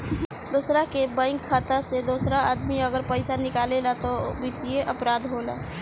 दोसरा के बैंक खाता से दोसर आदमी अगर पइसा निकालेला त वित्तीय अपराध होला